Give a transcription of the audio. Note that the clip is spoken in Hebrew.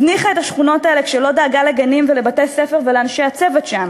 הזניחה את השכונות האלה כשלא דאגה לגנים ולבתי-הספר ולאנשי הצוות שם,